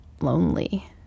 lonely